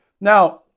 now